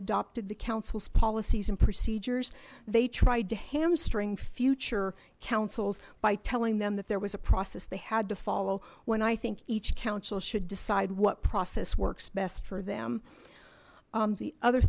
adopted the council's policies and procedures they tried to hamstring future councils by telling them that there was a process they had to follow when i think each council should decide what process works best for them the other